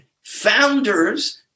founders